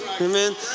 Amen